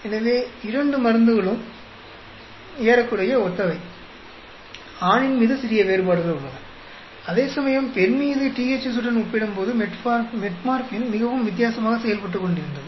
எனவே இரண்டு மருந்துகளும் ஏறக்குறைய ஒத்தவை ஆணின் மீது சிறிய வேறுபாடுகள் உள்ளன அதேசமயம் பெண் மீது THZ உடன் ஒப்பிடும்போது மெட்ஃபோர்மின் மிகவும் வித்தியாசமாக செயல்பட்டுக்கொண்டிருந்தது